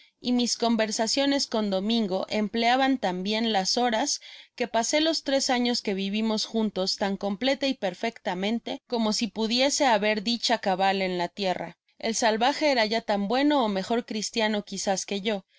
y mis conversaciones con domingo empleaban tan bien las horas que pasé los tres años que vivimos juntos tan completa y perfectamente como si pudiese haber dicha cabal en la tierra el salvaje era ya tan bueno ó mejor cristiano quizás que yo